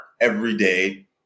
everyday